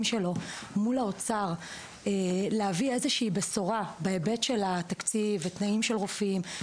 שלו מול האוצר להביא איזושהי בשורה בהיבט של התקציב ותנאים של רופאים,